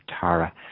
Tara